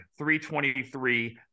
323